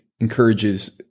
encourages